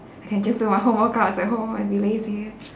I can just do my own workouts at home and be lazy